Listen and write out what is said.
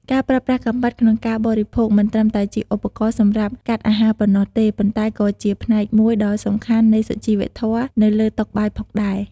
ការប្រើប្រាស់កាំបិតក្នុងការបរិភោគមិនត្រឹមតែជាឧបករណ៍សម្រាប់កាត់អាហារប៉ុណ្ណោះទេ ប៉ុន្តែក៏ជាផ្នែកមួយដ៏សំខាន់នៃសុជីវធម៌នៅលើតុបាយផងដែរ។